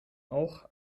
auch